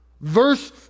Verse